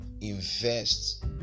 invest